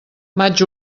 maig